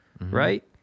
Right